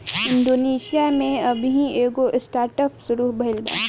Indonesia में अबही एगो स्टार्टअप शुरू भईल बा